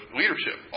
leadership